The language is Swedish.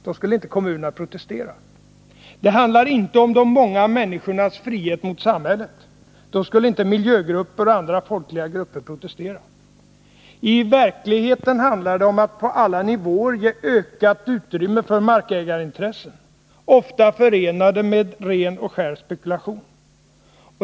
Då skulle inte kommunerna protestera. Det handlar inte om de många människornas frihet mot samhället. Då skulle inte miljögrupper och andra folkliga grupper protestera. I verkligheten handlar det om att på alla nivåer ge ökat utrymme för markägarintressen, ofta förenade med ren och skär spekulation.